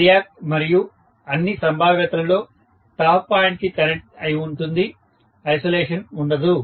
variac మరియు అన్ని సంభావ్యతలలో టాప్ పాయింట్ కి కనెక్ట్ అయి ఉంటుంది ఐసొలేషన్ ఉండదు